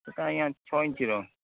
ସେଟା ଆଜ୍ଞା ଛଅ ଇଞ୍ଚିର